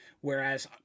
Whereas